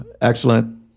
Excellent